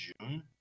June